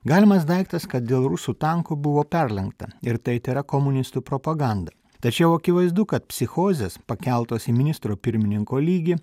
galimas daiktas kad dėl rusų tankų buvo perlenkta ir tai tėra komunistų propaganda tačiau akivaizdu kad psichozės pakeltos į ministro pirmininko lygį